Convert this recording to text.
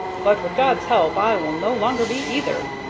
but, with god's help, i will no longer be either!